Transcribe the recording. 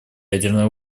ядерной